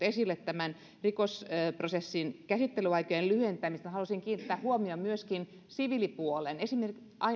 esille rikosprosessin käsittelyaikojen lyhentämisen haluaisin kiinnittää huomion myöskin siviilipuoleen esimerkiksi